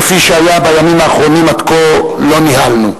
כפי שהיה בימים האחרונים, עד כה לא ניהלנו.